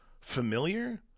familiar